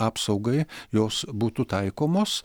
apsaugai jos būtų taikomos